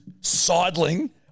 sidling